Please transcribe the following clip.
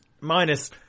minus